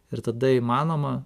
ir tada įmanoma